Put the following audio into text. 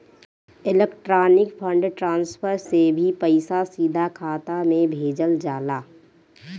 electronic fund transfer से भी पईसा सीधा खाता में भेजल जाला